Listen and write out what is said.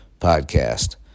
podcast